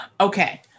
Okay